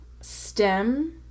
STEM